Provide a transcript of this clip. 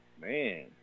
Man